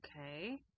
okay